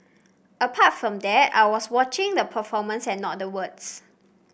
apart from that I was watching the performance and not the words